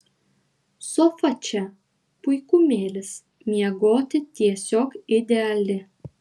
sofa čia puikumėlis miegoti tiesiog ideali